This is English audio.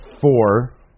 four